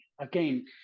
again